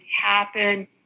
happen